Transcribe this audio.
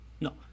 No